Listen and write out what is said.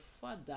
father